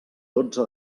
dotze